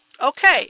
Okay